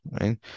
right